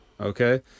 Okay